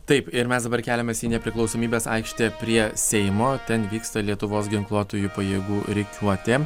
taip ir mes dabar keliamės į nepriklausomybės aikštę prie seimo ten vyksta lietuvos ginkluotųjų pajėgų rikiuotė